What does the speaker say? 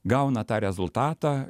gauna tą rezultatą